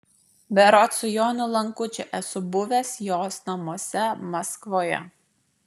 berods su jonu lankučiu esu buvęs jos namuose maskvoje